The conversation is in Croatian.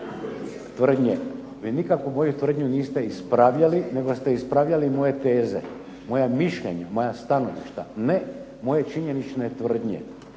tvrdnje. Vi nikakvu moju tvrdnju niste ispravljali, nego ste ispravljali moje teze. Moja mišljenja, moja stanovišta. Ne moje činjenične tvrdnje.